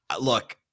Look